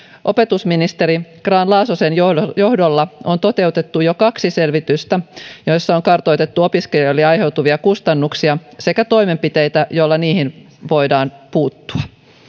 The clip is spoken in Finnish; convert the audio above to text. opetusministeri grahn laasosen johdolla johdolla on toteutettu jo kaksi selvitystä joissa on kartoitettu opiskelijoille aiheutuvia kustannuksia sekä toimenpiteitä joilla niihin voidaan puuttua